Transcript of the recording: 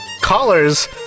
Callers